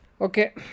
Okay